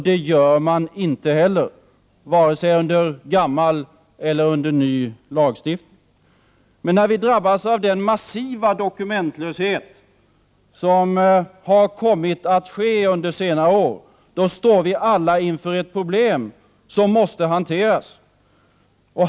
Det gör vi inte heller, varken enligt gammal eller ny lagstiftning. När vi drabbas av den massiva dokumentlöshet som har ägt rum under senare år står vi alla inför ett problem som måste hanteras.